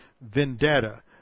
vendetta